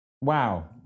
Wow